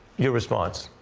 your response